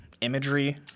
imagery